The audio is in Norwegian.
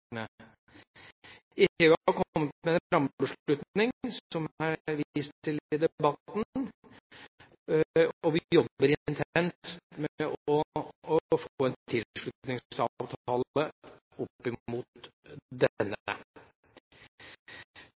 med en rammebeslutning, som det er vist til i debatten, og vi jobber intenst med å få en